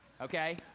okay